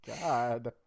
God